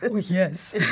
Yes